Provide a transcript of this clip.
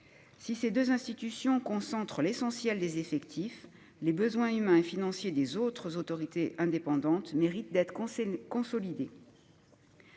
Si ces deux institutions concentrent l'essentiel des effectifs, les besoins humains et financiers des autres autorités indépendantes méritent d'être consolidés.